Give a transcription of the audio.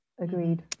agreed